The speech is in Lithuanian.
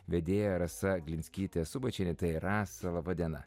vedėja rasa glinskytė subačienė tai rasa laba diena